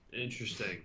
Interesting